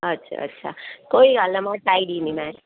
अच्छ अच्छा कोई ॻाल्हि न आहे मां ठाहे ॾींदीमांइ